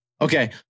Okay